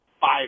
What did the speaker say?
five